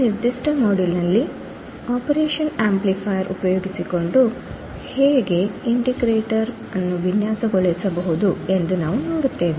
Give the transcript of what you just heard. ನಿರ್ದಿಷ್ಟ ಮಾಡ್ಯೂಲ್ನಲ್ಲಿ operation amplifier ಉಪಯೋಗಿಸಿಕೊಂಡು ಹೇಗೆ ಇಂಟಿಗ್ರೇಟರ್ ಅನ್ನುವಿನ್ಯಾಸಗೊಳಿಸಬಹುದು ಎಂದು ನಾವು ನೋಡುತ್ತೇವೆ